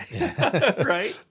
right